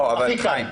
הכי קל.